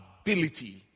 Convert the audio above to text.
ability